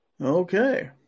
Okay